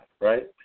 right